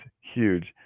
huge